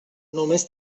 només